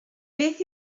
beth